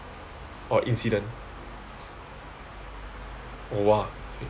or incident !wah! okay